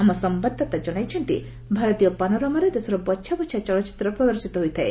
ଆମ ସମ୍ବାଦଦାତା ଜଣାଇଛନ୍ତି ଭରତୀୟ ପାରୋରମାରେ ଦେଶର ବଛା ବଛା ଚଳଚ୍ଚିତ୍ର ପ୍ରଦର୍ଶିତ ହୋଇଥାଏ